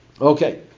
Okay